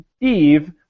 Eve